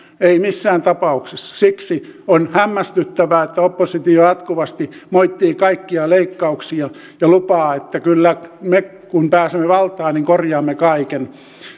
ei missään tapauksessa siksi on hämmästyttävää että oppositio jatkuvasti moittii kaikkia leikkauksia ja lupaa että kyllä me kun pääsemme valtaan korjaamme kaiken